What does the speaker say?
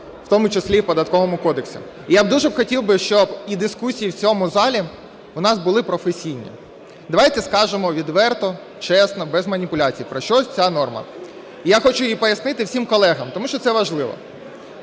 в тому числі і в Податковому кодексі. Я б дуже хотів, щоб і дискусії в цьому залі у нас були професійні. Давайте скажемо відверто, чесно, без маніпуляцій про що ця норма. Я хочу її пояснити всім колегам, тому що це важливо.